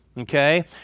Okay